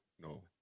no